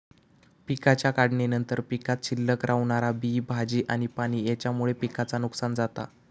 पिकाच्या काढणीनंतर पीकात शिल्लक रवणारा बी, भाजी आणि पाणी हेच्यामुळे पिकाचा नुकसान जाता